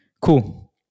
cool